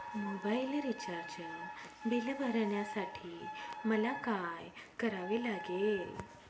Mobile recharge bill भरण्यासाठी मला काय करावे लागेल?